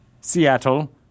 Seattle